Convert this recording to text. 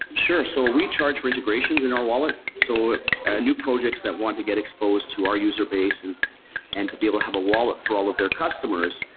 sure. so we charge for integrations in our wallet. so new projects that want to get exposed to user base and and to be able to have a wallet for all of their customers,